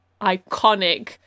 Iconic